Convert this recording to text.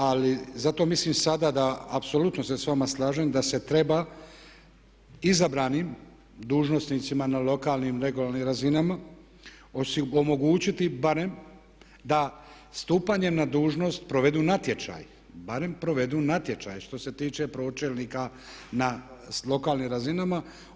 Ali zato mislim sada da apsolutno se s vama slažem da se treba izabranim dužnosnicima na lokalnim i regionalnim razinama omogućiti barem da stupanjem na dužnost provedu natječaj, barem provedu natječaj što se tiče pročelnika na lokalnim razinama.